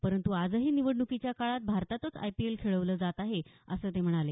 परंतु आजही निवडणुकीच्या काळात भारतातच आयपीएल खेळवलं जात आहे असं ते म्हणाले